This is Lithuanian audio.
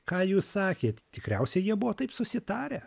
ką jūs sakėt tikriausiai jie buvo taip susitarę